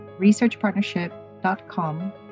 researchpartnership.com